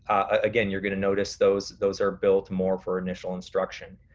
again you're gonna notice those those are built more for initial instruction.